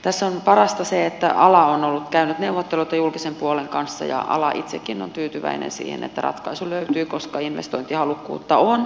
tässä on parasta se että ala on käynyt neuvotteluita julkisen puolen kanssa ja ala itsekin on tyytyväinen siihen että ratkaisu löytyi koska investointihalukkuutta on